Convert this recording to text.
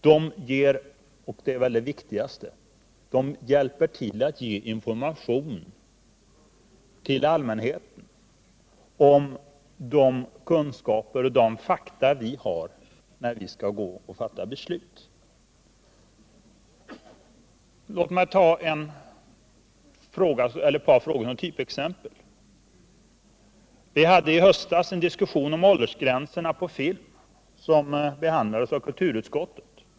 Det viktigaste är väl att offentliga utskottsutfrågningar hjälper till att ge information till allmänheten om de kunskaper och de fakta vi har när vi skall fatta beslut. Låt mig ta ett par frågor som typexempel. Vi hade i höstas en diskussion om åldersgränserna för att se på film, som behandlades av kulturutskottet.